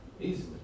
Easily